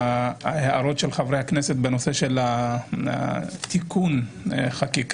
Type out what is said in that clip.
להערות של חברי הכנסת בנושא של תיקון החקיקה.